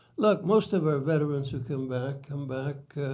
look, most of our veterans who come back, come back